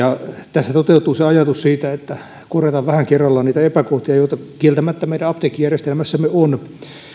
tässä toteutuu se ajatus että korjataan vähän kerrallaan niitä epäkohtia joita kieltämättä meidän apteekkijärjestelmässämme on